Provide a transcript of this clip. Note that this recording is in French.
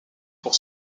pour